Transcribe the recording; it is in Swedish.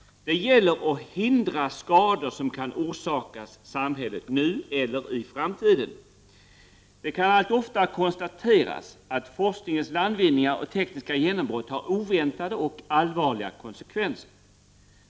Det gäller att hindra skador som kan orsakas samhället nu eller i framtiden. Det kan allt oftare konstateras att forskningens landvinningar och tekniska genombrott har oväntade och allvarliga konsekvenser.